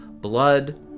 blood